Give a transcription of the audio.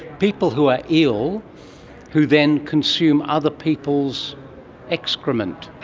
people who are ill who then consume other people's excrement?